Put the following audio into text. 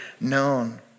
known